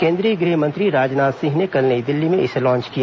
केंद्रीय गृहमंत्री राजनाथ सिंह ने कल नई दिल्ली में इसे लॉन्च किया